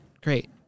great